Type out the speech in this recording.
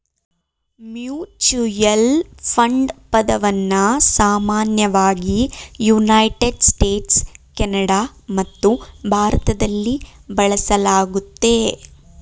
mutual fund ಪದವನ್ನ ಸಾಮಾನ್ಯವಾಗಿ United States, Canada ಮತ್ತು ಭಾರತದಲ್ಲಿ ಬಳಸಲಾಗುತ್ತೆ